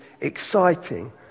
exciting